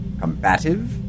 combative